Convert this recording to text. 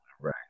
right